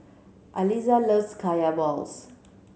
Aliza loves Kaya balls